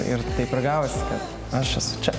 ir taip ir gavosi aš esu čia